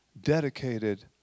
dedicated